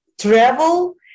travel